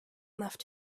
left